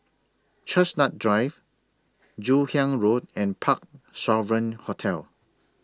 Chestnut Drive Joon Hiang Road and Parc Sovereign Hotel